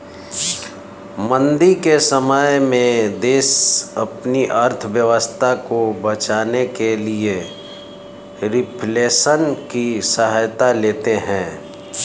मंदी के समय में देश अपनी अर्थव्यवस्था को बचाने के लिए रिफ्लेशन की सहायता लेते हैं